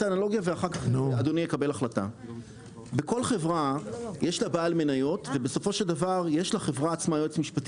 בכל חברה יש בעל מניות ובסופו של דבר יש לחברה יועץ משפטי